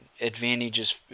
advantages